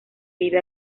vive